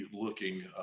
looking